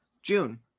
June